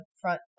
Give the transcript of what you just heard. front